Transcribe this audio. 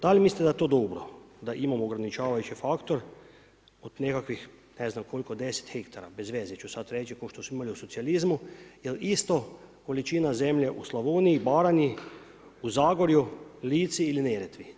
Da li mislite da je to dobro da imamo ograničavajući faktor od nekakvih, ne znam koliko 10 hektara, bez veze ću sada reći ko što smo imali u socijalizmu, jel isto količina zemlje u Slavoniji, Baranji, u Zagoru, Lici ili Neretvi?